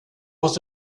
was